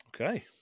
Okay